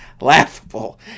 laughable